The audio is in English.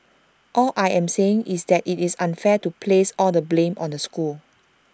all I am saying is that IT is unfair to place all the blame on the school